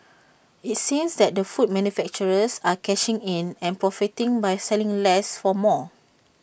IT seems that food manufacturers are cashing in and profiting by selling less for more